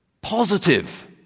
positive